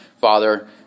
father